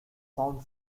found